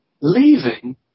Leaving